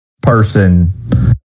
person